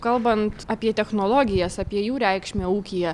kalbant apie technologijas apie jų reikšmę ūkyje